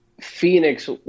Phoenix